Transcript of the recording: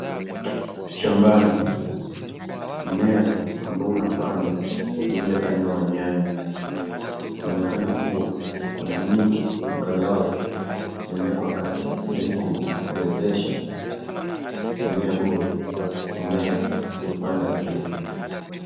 Shambani, mmea ambao unapandwa ni ule aina wanyanya, unaonekana kuwa kuna miti angalau zimewekwa kati, ili kuwezesha mmea huo kumea ukipanda juu.